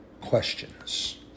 questions